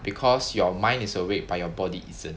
because your mind is awake by your body isn't